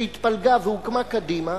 שהתפלגה והוקמה קדימה,